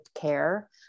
care